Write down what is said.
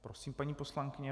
Prosím, paní poslankyně.